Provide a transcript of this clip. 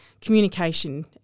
communication